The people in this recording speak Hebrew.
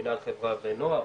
מנהל חברה ונוער,